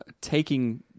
taking